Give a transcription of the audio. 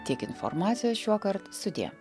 tiek informacijos šiuokart sudie